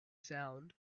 sound